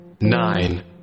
Nine